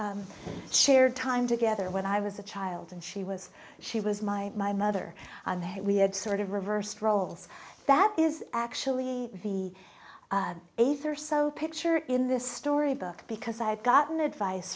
our shared time together when i was a child and she was she was my my mother and there we had sort of reversed roles that is actually the aides are so picture in this story book because i've gotten advice